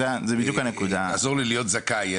תעזור לי להיות זכאי,